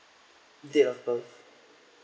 date of birth